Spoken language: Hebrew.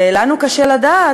ולנו קשה לדעת,